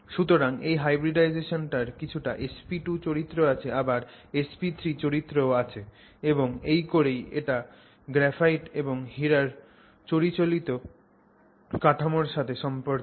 সুতরাং এই hybridization টার কিছুটা sp2 চরিত্র আছে আবার sp3 চরিত্র ও আছে এবং এই করেই এটা গ্রাফাইট এবং হীরার চিরচলিত কাঠামোর সাথে সম্পর্কিত